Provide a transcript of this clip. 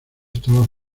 estaba